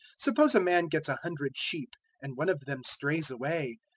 suppose a man gets a hundred sheep and one of them strays away,